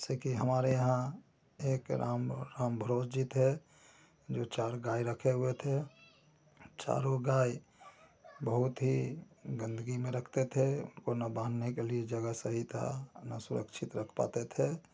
जैसे कि हमारे यहाँ एक राम रामभरोस जी थे जो चार गाय रखे हुए थे चारों गाय बहुत ही गंदगी में रखते थे ना बाँधने के लिए जगह सही था ना सुरक्षित रख पाते थे